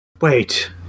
Wait